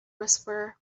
whisperer